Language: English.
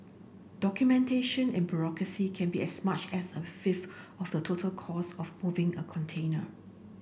documentation and bureaucracy can be as much as a fifth of the total cost of moving a container